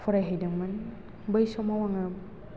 फरायहैदोंमोन बै समाव आङो